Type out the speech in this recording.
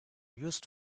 used